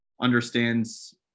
understands